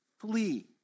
Flee